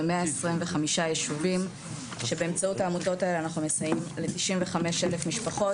ב-125 יישובים שבאמצעות העמותות האלה אנחנו מסייעים ל-95 אלף משפחות,